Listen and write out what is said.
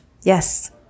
Yes